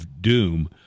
Doom